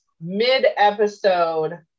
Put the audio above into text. mid-episode